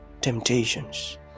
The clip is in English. temptations